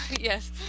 Yes